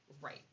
right